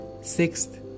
Sixth